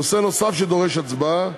נושא נוסף שדורש הצבעה,